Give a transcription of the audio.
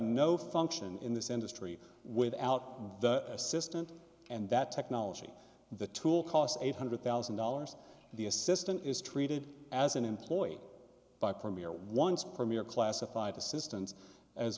no function in this industry without the assistant and that technology the tool costs eight hundred thousand dollars the assistant is treated as an employee by premier ones premier classified assistants as